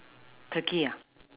turkey ah